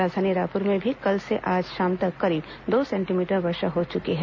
राजधानी रायपुर में भी कल से आज शाम तक करीब दो सेंटीमीटर वर्षा हो चुकी है